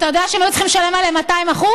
אתה יודע שהיו צריכים לשלם עליהם 200%?